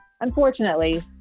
unfortunately